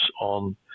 on